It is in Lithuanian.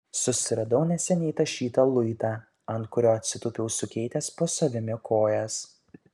susiradau neseniai tašytą luitą ant kurio atsitūpiau sukeitęs po savimi kojas